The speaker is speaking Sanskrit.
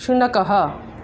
शुनकः